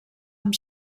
amb